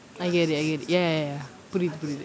I get it I get it ya ya ya புரியுது புரியுது:puriyuthu puriyuthu